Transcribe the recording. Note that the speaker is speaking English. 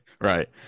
Right